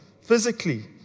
physically